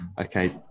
okay